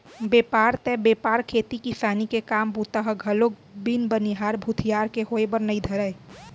बेपार ते बेपार खेती किसानी के काम बूता ह घलोक बिन बनिहार भूथियार के होय बर नइ धरय